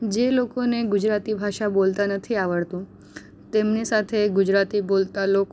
જે લોકોને ગુજરાતી ભાષા બોલતાં નથી આવડતું તેમની સાથે ગુજરાતી બોલતાં લોકો